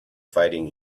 fighting